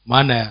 Mana